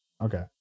Okay